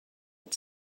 had